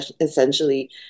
essentially